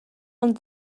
ond